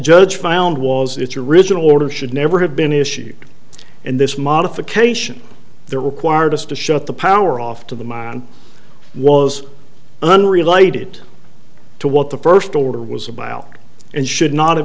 judge found was its original order should never have been issued and this modification there required us to shut the power off to the man was unrelated to what the first order was a buyout and should not have